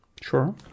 Sure